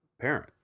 parent